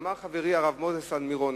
דיבר חברי הרב מוזס על מירון.